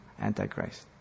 Antichrist